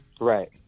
Right